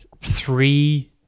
three